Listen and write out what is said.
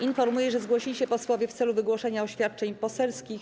Informuję, że zgłosili się posłowie w celu wygłoszenia oświadczeń poselskich.